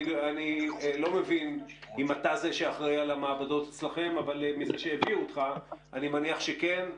אבל מזה שהביאו אותך אני מניח שכן,